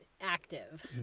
active